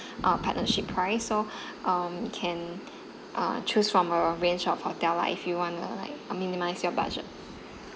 uh partnership price so um can uh choose from a range of hotel lah if you want to like uh minimise your budget